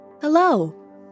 Hello